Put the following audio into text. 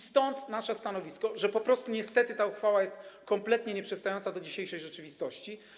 Stąd nasze stanowisko, że niestety ta uchwała jest kompletnie nieprzystająca do dzisiejszej rzeczywistości.